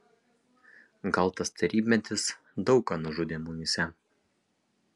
gal tas tarybmetis daug ką nužudė mumyse